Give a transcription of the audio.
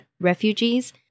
refugees